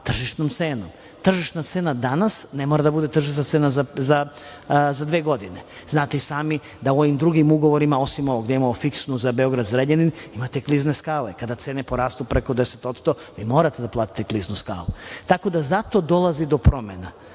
tržišnom cenom. Tržišna cena danas ne mora da bude tržišna cena za dve godine. Znate i sami da u ovim drugim ugovorima, osim ovog gde imamo fiksnu za Beograd – Zrenjanin, imate klizne skale, kada cene porastu preko 10%, vi morate da platite kliznu skalu. Zato dolazi do promena.